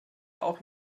auch